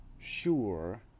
sure